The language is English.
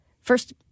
first